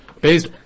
based